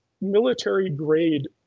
military-grade